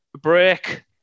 break